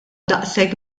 daqshekk